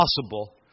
possible